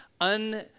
un-